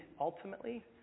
ultimately